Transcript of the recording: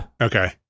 okay